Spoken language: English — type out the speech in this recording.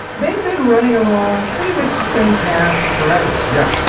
they've been running along pretty much the same path forever yeah.